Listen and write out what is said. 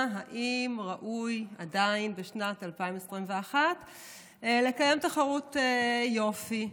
האם ראוי עדיין בשנת 2021 לקיים תחרות יופי.